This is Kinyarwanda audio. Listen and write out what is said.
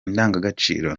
indangagaciro